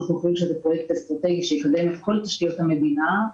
אנחנו חושבים שזה פרויקט אסטרטגי שיקדם את כל תשתיות המדינה.